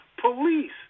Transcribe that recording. police